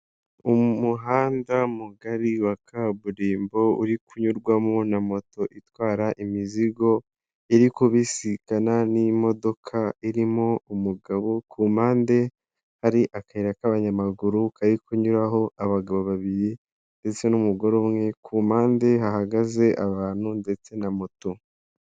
Umuhanda mugari wa kaburimbo uri kunyurwamo na moto itwara imizigo iri kubisikana n'imodoka irimo umugabo, ku mpande hari akayira k'abanyamaguru kari kunyuraho abagabo babiri ndetse n'umugore umwe, ku mpande hahagaze abantu ndetse na moto.